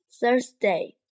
Thursday